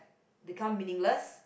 become meaningless